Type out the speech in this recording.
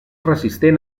resistent